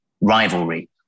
rivalry